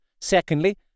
Secondly